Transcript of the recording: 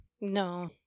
No